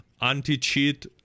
anti-cheat